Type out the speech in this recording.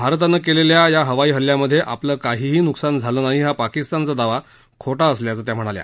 भारतानं केलेल्या या हवाई हल्ल्यामधे आपलं काहीही न्कसान झालं नाही हा पाकिस्तानचा दावा खोटा असल्याचं त्या म्हणाल्या